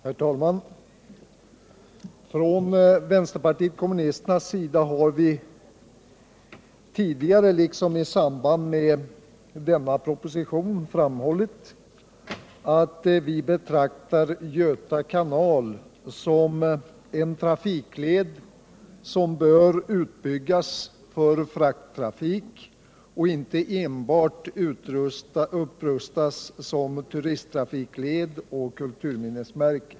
Herr talman! Från vänsterpartiet kommunisternas sida har vi tidigare liksom i samband med denna proposition framhållit att vi betraktar Göta kanal som en trafikled som bör utbyggas för frakttrafik och inte enbart upprustas som turisttrafikled och kulturminnesmärke.